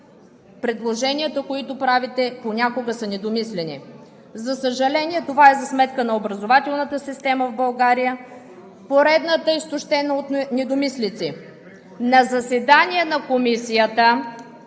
предложенията, които правите, понякога са недомислени. За съжаление, това е за сметка на образователната система в България – поредната, изтощена от недомислици. На заседание на Комисията